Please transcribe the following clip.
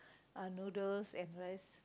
uh noodles and rice